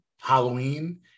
Halloween